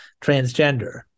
transgender